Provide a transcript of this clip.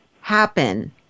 happen